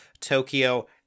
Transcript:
Tokyo